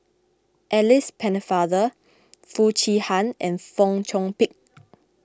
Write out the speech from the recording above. Alice Pennefather Foo Chee Han and Fong Chong Pik